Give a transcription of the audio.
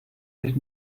ich